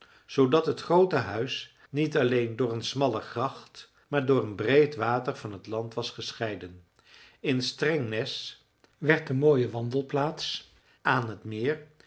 zoodat het groote huis niet alleen door een smalle gracht maar door een breed water van het land was gescheiden in strängnäs werd de mooie wandelplaats aan het meer